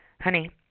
honey